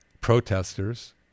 protesters